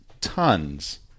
tons